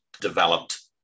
developed